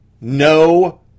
No